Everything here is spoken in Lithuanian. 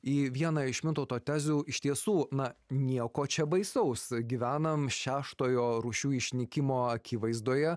į vieną iš mintauto tezių iš tiesų na nieko čia baisaus gyvenam šeštojo rūšių išnykimo akivaizdoje